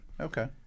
Okay